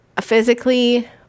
physically